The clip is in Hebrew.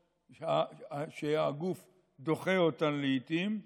שהגוף דוחה אותם לעיתים,